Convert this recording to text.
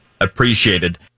appreciated